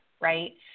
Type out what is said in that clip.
right